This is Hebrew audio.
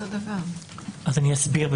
אני אסביר.